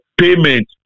payment